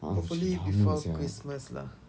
a'ah macam lama sia